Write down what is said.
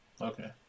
Okay